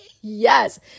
Yes